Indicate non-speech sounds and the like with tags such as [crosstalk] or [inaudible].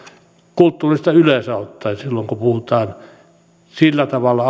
kulttuurista yleensä ottaen silloin kun puhutaan alkoholin nauttimisesta sillä tavalla [unintelligible]